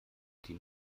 die